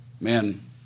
Men